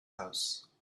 house